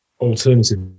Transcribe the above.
alternative